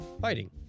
Fighting